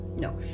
No